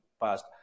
past